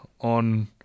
on